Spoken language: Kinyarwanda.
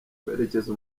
kwerekeza